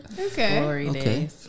Okay